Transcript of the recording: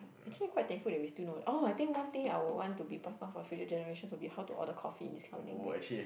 actually quite thankful that we still know orh I think one thing I would want to be pass down for our future generations will be how to order coffee in this kind of language